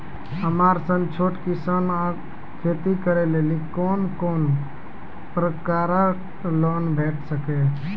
हमर सन छोट किसान कअ खेती करै लेली लेल कून कून प्रकारक लोन भेट सकैत अछि?